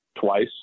twice